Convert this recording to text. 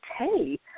okay